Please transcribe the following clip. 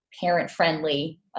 parent-friendly